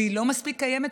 והיא לא מספיק קיימת,